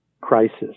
crisis